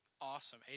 awesome